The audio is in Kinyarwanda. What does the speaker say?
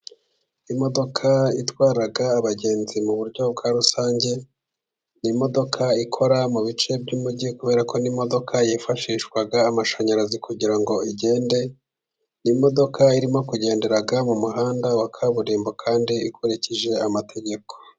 Imodoka itwara abagenzi mu buryo bwa rusange，ni imodoka ikora mu bice by'umujyi，kubera ko ni imodoka yifashisha amashanyarazi kugirango igende， ni imodoka irimo kugende mu muhanda wa kaburimbo，kandi ikurikije amategeko.